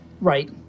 Right